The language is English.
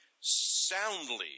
soundly